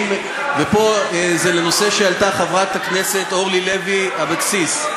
ופה זה לנושא שהעלתה חברת הכנסת אורלי לוי אבקסיס,